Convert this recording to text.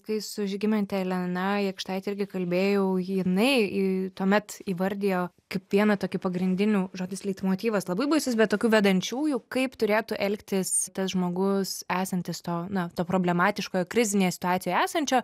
kai su žygimante elena jakštaite irgi kalbėjau jinai į tuomet įvardijo kaip vieną tokį pagrindinių žodis leitmotyvas labai baisus bet tokių vedančiųjų kaip turėtų elgtis tas žmogus esantis to na toj problematiškoj krizinėje situacijoje esančio